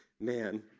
man